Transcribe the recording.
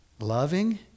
Loving